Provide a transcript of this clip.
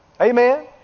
amen